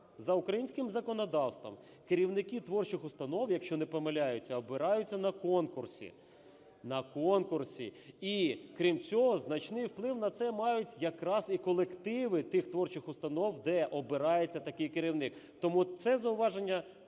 за українським законодавством керівники творчих установ, якщо не помиляюся, обираються на конкурсі. На конкурсі. І, крім цього, значний вплив на це мають якраз і колективи тих творчих установ, де обирається такий керівник. Тому це зауваження,